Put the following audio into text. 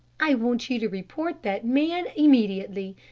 i want you to report that man immediately.